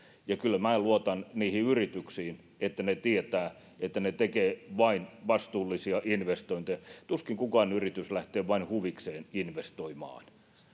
ja kyllä minä luotan yrityksiin että ne tietävät ja tekevät vain vastuullisia investointeja tuskin mikään yritys lähtee vain huvikseen investoimaan